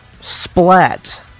Splat